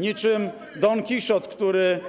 niczym Don Kichot, który